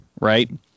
right